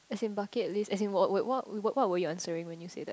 as in bucket list as in what what what would you answering when you say that